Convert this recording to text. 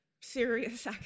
serious